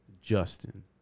Justin